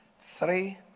Three